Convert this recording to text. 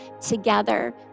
together